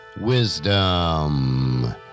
Wisdom